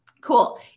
Cool